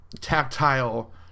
tactile